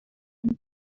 and